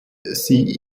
sie